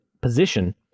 position